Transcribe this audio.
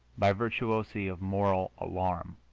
by virtuosi of moral alarm,